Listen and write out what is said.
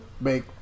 make